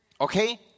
Okay